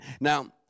Now